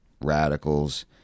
radicals